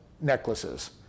necklaces